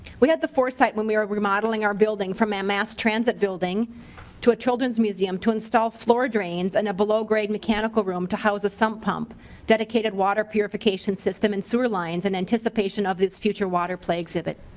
we have the foresight when we were remodeling or building to um mass transit building to a children's museum to install floor drains and a below grade mechanical room to house a sub pump dedicated water purification system and sewer lines in and anticipation of this future water play exhibit